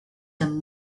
and